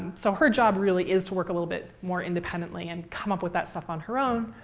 so her job really is to work a little bit more independently and come up with that stuff on her own,